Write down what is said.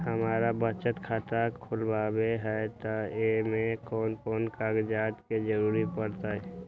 हमरा बचत खाता खुलावेला है त ए में कौन कौन कागजात के जरूरी परतई?